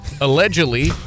allegedly